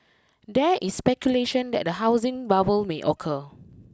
there is speculation that a housing bubble may occur